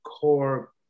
core